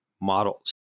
models